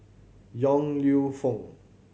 Yong Lew Foong